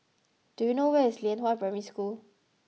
do you know where is Lianhua Primary School